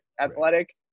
athletic